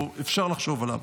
או אפשר לחשוב עליו.